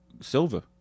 silver